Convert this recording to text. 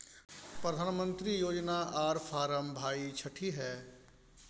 प्रधानमंत्री योजना आर फारम भाई छठी है?